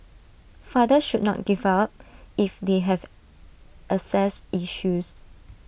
fathers should not give up if they have access issues